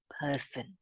person